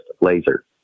laser